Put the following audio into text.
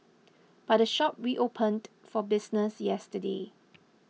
but the shop reopened for business yesterday